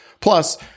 Plus